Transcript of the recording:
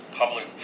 public